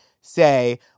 say